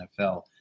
NFL